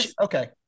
okay